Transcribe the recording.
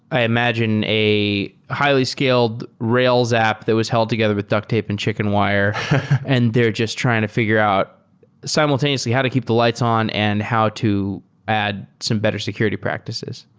i imagine, a highly scaled rails app that was held together with duct tape and chicken wire and they're just trying to fi gure out simultaneously how to keep the lights on and how to add some better security practices.